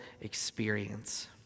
experience